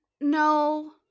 No